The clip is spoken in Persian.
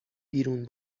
بیرون